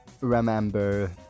remember